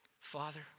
Father